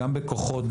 גם בכוחות,